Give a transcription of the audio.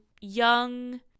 young